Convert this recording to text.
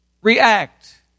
react